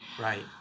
right